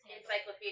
Encyclopedia